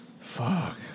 Fuck